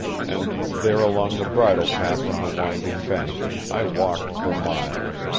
and there along the bridle-path on the winding bank i walked for miles.